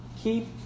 keep